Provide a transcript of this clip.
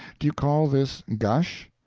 do you call this gush?